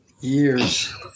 years